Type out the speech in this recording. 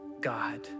God